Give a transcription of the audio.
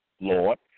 Lord